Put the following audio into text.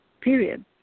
period